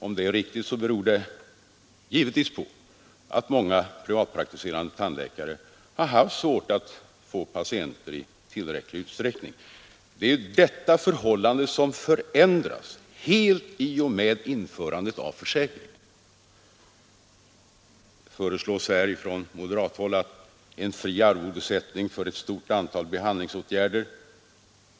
Om det är riktigt, så beror det givetvis på att många privatpraktiserande tandläkare har haft svårt att få patienter i tillräcklig utsträckning. Det är ju detta förhållande som förändras helt i och med införandet av försäkringen. Från moderathåll föreslås en fri arvodessättning för ett stort antal behandlingsåtgärder.